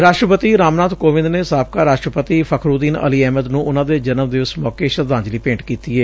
ਰਾਸ਼ਟਰਪਤੀ ਰਾਮਨਾਬ ਕੋਵਿੰਦ ਨੇ ਸਾਬਕਾ ਰਾਸ਼ਟਰਪਤੀ ਫਖਰੁਦੀਨ ਅਲੀ ਅਹਿਮਦ ਨੂੰ ਉਨੂਾਂ ਦੇ ਜਨਮ ਦਿਵਸ ਮੌਕੇ ਸ਼ਰਧਾਜਲੀ ਭੇਟ ਕੀਤੀ ਏ